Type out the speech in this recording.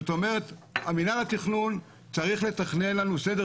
זאת אומרת מינהל התכנון צריך לתכנן לנו סדר